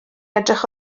edrych